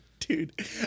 Dude